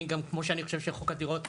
כמו שאני חושב שחוק דירות המכר,